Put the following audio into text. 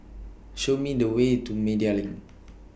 Show Me The Way to Media LINK